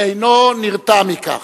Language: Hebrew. ואינו נרתע מכך.